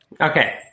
Okay